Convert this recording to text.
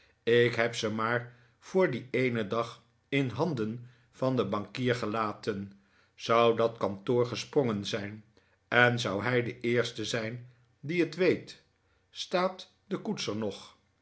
ik heb ze maar voor dien eenen dag in handen van den bankier gelaten zou dat kantoor gesprongen zijn en zou hij de eerste zijn die het weet staat de koets er nog